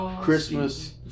Christmas